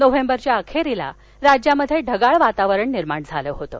नोव्हेंबरच्या अखेरीस राज्यात ढगाळ वातावरण निर्माण झालं होतं